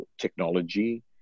technology